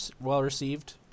well-received